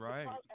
Right